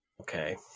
Okay